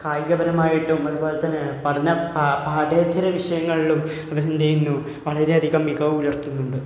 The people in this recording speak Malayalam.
കായികപരമായിട്ടും അതുപോലെ തന്നെ പഠന പാഠ്യേതര വിഷയങ്ങളിലും അവർ എന്ത് ചെയ്യുന്നു വളരെയധികം മികവ് പുലർത്തുന്നുണ്ട്